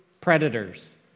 predators